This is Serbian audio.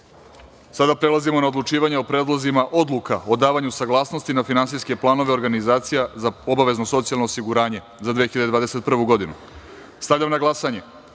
prelazimo na odlučivanje o predlozima odluka o davanju saglasnosti na finansijske planove organizacija za obavezno socijalno osiguranje za 2021. godinu. Stavljam na glasanje